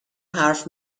حرف